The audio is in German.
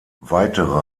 weitere